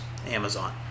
Amazon